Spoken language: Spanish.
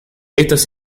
estas